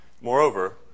Moreover